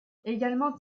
également